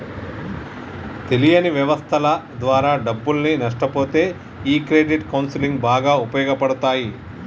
తెలియని వ్యవస్థల ద్వారా డబ్బుల్ని నష్టపొతే ఈ క్రెడిట్ కౌన్సిలింగ్ బాగా ఉపయోగపడతాయి